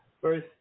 First